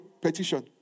petition